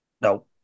No